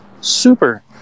super